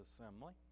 Assembly